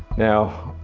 now,